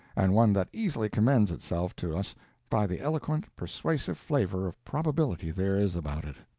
and one that easily commends itself to us by the eloquent, persuasive flavor of probability there is about it.